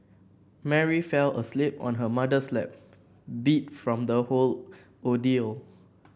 Mary fell asleep on her mother's lap beat from the whole ordeal